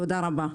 תודה רבה.